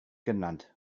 genannt